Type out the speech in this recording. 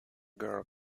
girl